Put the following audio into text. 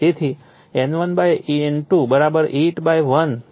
તેથી N1 N2 8 1 K છે